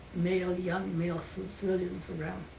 male, young male civilians around.